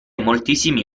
moltissimi